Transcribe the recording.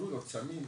בזולות סמים,